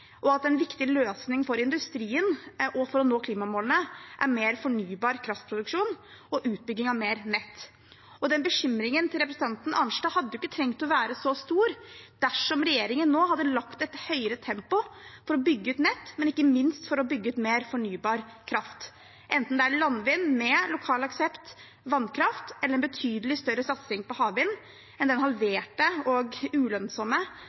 og at en viktig løsning for industrien for å nå klimamålene er mer fornybar kraftproduksjon og utbygging av mer nett. Og representanten Arnstads bekymring hadde jo ikke trengt å være så stor dersom regjeringen nå hadde lagt et høyere tempo for å bygge ut nett, men ikke minst for å bygge ut mer fornybar kraft – enten det er landvind med lokal aksept, vannkraft, eller en betydelig større satsing på havvind enn den halverte og ulønnsomme